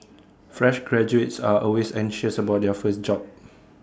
fresh graduates are always anxious about their first job